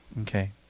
okay